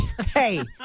Hey